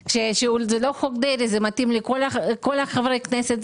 ואמר שזה לא חוק דרעי אלא הוא מתאים לכל חברי הכנסת.